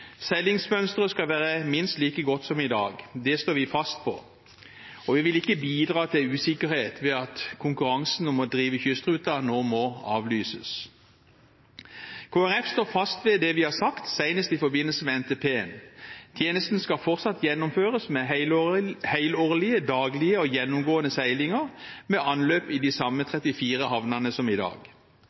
skal være minst like godt som i dag. Det står vi fast på, og vi vil ikke bidra til usikkerhet ved at konkurransen om å drive kystruten nå må avlyses. Kristelig Folkeparti står fast ved det vi har sagt, senest i forbindelse med NTP: Tjenesten skal fortsatt gjennomføres med helårlige, daglige og gjennomgående seilinger, med anløp i de samme 34 havnene som i dag.